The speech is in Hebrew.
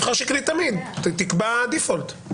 תקבע דיפולט.